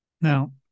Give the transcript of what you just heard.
Now